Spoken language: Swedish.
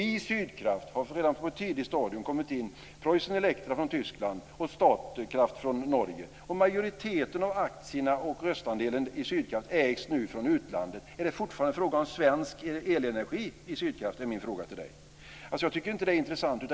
I Sydkraft har på ett tidigt stadium Preussen Elektra från Tyskland och Statkraft från Norge kommit in. Majoriteten av aktierna och röstandelen i Sydkraft ägs nu från utlandet. Är det fortfarande fråga om svensk elenergi i Sydkraft? Man jag tycker inte att det är intressant.